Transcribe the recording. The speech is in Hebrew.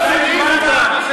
לא לבוא לדבר פה.